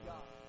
God